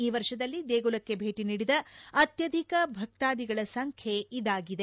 ಈ ವರ್ಷದಲ್ಲಿ ದೇಗುಲಕ್ಕೆ ಭೇಟಿ ನೀಡಿದ ಅತ್ಯಾಧಿಕ ಭಕ್ತಾದಿಗಳ ಸಂಖ್ಯೆ ಇದಾಗಿದೆ